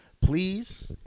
Please